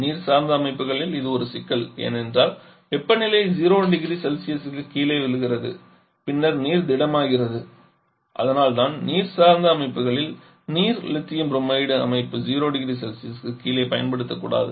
நீர் சார்ந்த அமைப்புகளில் இது ஒரு சிக்கல் ஏனெனில் வெப்பநிலை 0 0C க்கு கீழே விழுகிறது பின்னர் நீர் திடமாகிறது அதனால்தான் நீர் சார்ந்த அமைப்புகளான நீர் லித்தியம் புரோமைடு அமைப்பு 00C க்கு கீழே பயன்படுத்தப்படாது